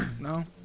No